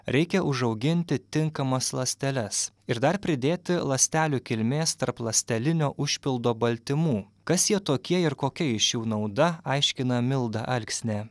reikia užauginti tinkamas ląsteles ir dar pridėti ląstelių kilmės tarpląstelinio užpildo baltymų kas jie tokie ir kokia iš jų nauda aiškina milda alksnė